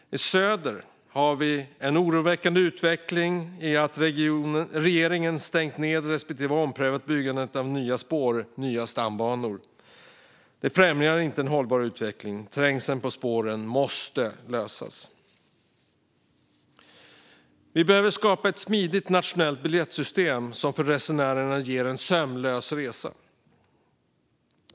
I söder har vi en oroväckande utveckling i och med att regeringen har stängt ned respektive omprövat byggandet av nya spår och nya stambanor. Detta främjar inte en hållbar utveckling. Trängseln på spåren måste lösas. Vi behöver skapa ett smidigt nationellt biljettsystem som ger resenärerna en sömlös resa.